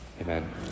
Amen